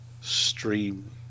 stream